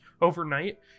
overnight